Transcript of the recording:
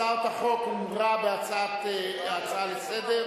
הצעת החוק הומרה בהצעה לסדר,